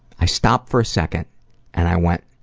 i stopped for a second and i went,